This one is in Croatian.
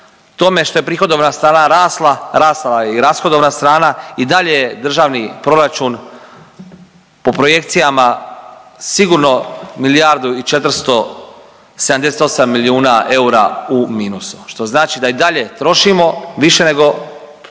tome što je prihodovna strana rasla, rasla je i rashodovna strana, i dalje je državni proračun po projekcijama sigurno milijardu i 478 milijuna eura u minusu, što znači da i dalje trošimo više nego